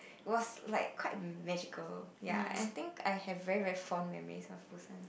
it was like quite magical ya and I think I have very very fond memories of Busan